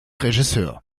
regisseur